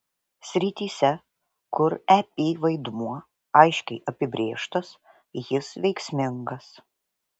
srityse kur ep vaidmuo aiškiai apibrėžtas jis veiksmingas